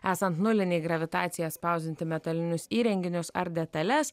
esant nulinei gravitacijai atspausdinti metalinius įrenginius ar detales